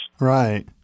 Right